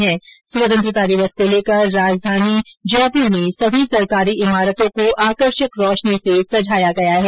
वहीं स्वतंत्रता दिवस को लेकर राजधानी जयपूर में सभी सरकारी इमारतों को आकर्षक रोशनी से सजाया गया है